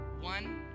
one